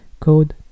code